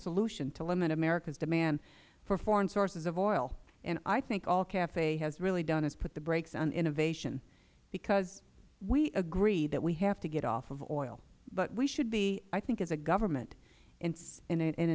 solution to limit america's demand for foreign sources of oil i think all cafe has really done is put on the brakes on innovation because we agree that we have to get off of oil but we should be i think as a government